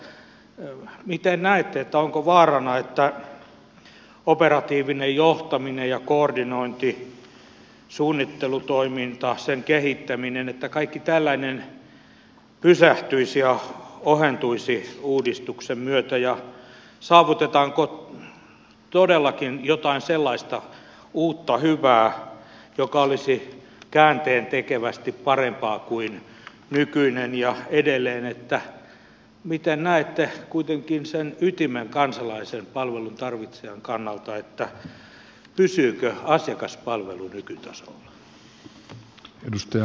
miten näette onko vaarana että operatiivinen johtaminen ja koordinointi suunnittelutoiminta sen kehittäminen kaikki tällainen pysähtyisi ja ohentuisi uudistuksen myötä ja saavutetaanko todellakin jotain sellaista uutta hyvää joka olisi käänteentekevästi parempaa kuin nykyinen ja edelleen miten näette kuitenkin ytimen kansalaisen palveluntarvitsijan kannalta pysyykö asiakaspalvelu nykytasolla